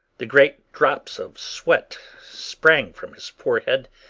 the great drops of sweat sprang from his forehead,